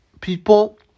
people